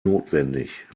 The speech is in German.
notwendig